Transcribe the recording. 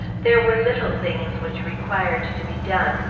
there were little things which required to be done,